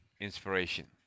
inspiration